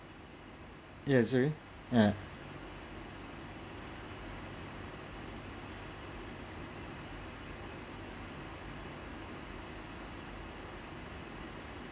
you see eh